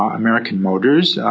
ah american motors,